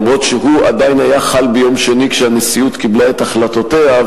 אף-על-פי שהוא עדיין חל ביום שני כשהנשיאות קיבלה את החלטותיה.